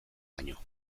baino